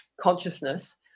consciousness